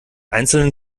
einzelnen